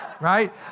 Right